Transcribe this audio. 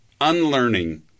unlearning